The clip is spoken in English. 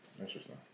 Interesting